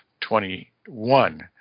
2021